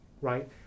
right